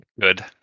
Good